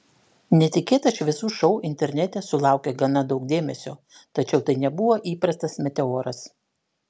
netikėtas šviesų šou internete sulaukė gana daug dėmesio tačiau tai nebuvo įprastas meteoras